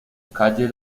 calle